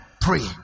pray